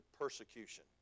persecution